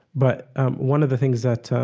but one of the things that